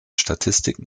statistiken